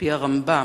על-פי הרמב"ם,